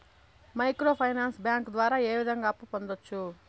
micro finance bank ద్వారా ఏ విధంగా అప్పు పొందొచ్చు